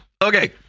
Okay